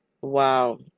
wow